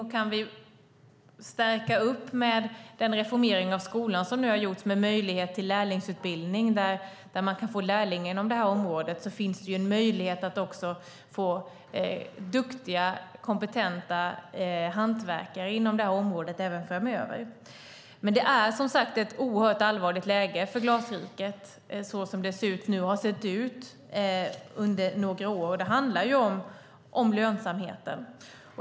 Och kan vi stärka upp med den reformering av skolan som nu har gjorts, med möjlighet till lärlingsutbildning så att man kan få lärlingar inom området, finns det en möjlighet att få duktiga och kompetenta hantverkare inom området även framöver. Men det är som sagt ett oerhört allvarligt läge för Glasriket såsom det ser ut nu och har sett ut under några år. Det handlar ju om lönsamheten.